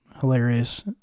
hilarious